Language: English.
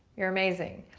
you're amazing.